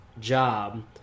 job